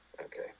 Okay